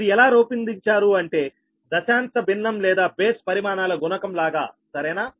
అది ఎలా రూపొందించారు అంటే దశాంశ భిన్నం లేదా బేస్ పరిమాణాల గుణకం లాగా సరేనా